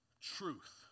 truth